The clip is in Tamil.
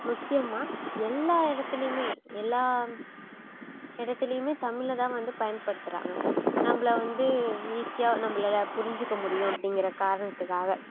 முக்கியமாக எல்லா இடத்துலியுமே எல்லா இடத்துலியுமே தமிழைதான் வந்து பயன்படுத்துகிறாங்க நம்மள வந்து ஈஸியா நம்மளலாம் புரிஞ்சுக்க முடியும் அப்படிங்குற காரணத்துகாக